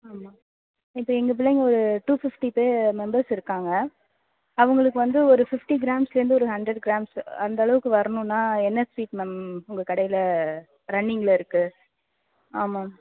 ஆமாம் இப்போ எங்கள் பிள்ளைங்க ஒரு டூ ஃபிஃப்டி பேர் மெம்பர்ஸ் இருக்காங்க அவங்களுக்கு வந்து ஒரு ஃபிஃப்டி கிராம்ஸ்லேருந்து ஒரு ஹண்ரட் கிராம்ஸு அந்தளவுக்கு வரணும்னா என்ன ஸ்வீட் மேம் உங்கள் கடையில் ரன்னிங்கில் இருக்குது ஆமாம்